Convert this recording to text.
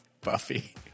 Buffy